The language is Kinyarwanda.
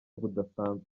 budasanzwe